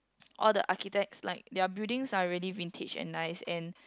all the architects like their buildings are really vintage and nice and